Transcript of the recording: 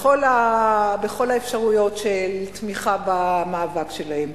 בכל האפשרויות לתמיכה במאבק שלהם.